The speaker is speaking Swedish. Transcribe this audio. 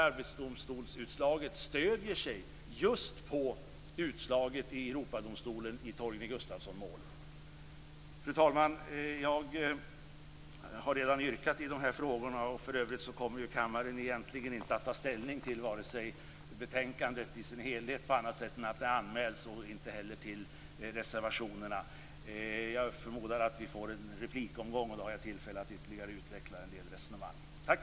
Arbetsdomstolsutslaget stöder sig just på utslaget i Europadomstolen i målet mot Torgny Gustafsson. Fru talman! Jag har redan yrkat i dessa frågor. För övrigt kommer kammaren inte att ta ställning till betänkandet i dess helhet på annat sätt än att det anmäls och inte heller till reservationerna. Jag förmodar att det blir en replikomgång, och då har jag tillfälle att ytterligare utveckla en del resonemang.